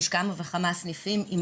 ישנם כמה וכמה סניפים של הקופה,